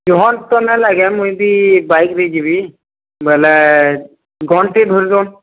ଜହ ତ ନାଇ ଲାଗେ ମୁଇଁ ବି ବାଇକ୍ରେ ଯିବି ବଏଲେ ଘଣ୍ଟେ ଧରିଥଉନ୍